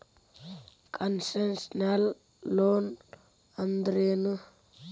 Concessional loan ಅಂದ್ರೇನು?